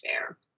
fair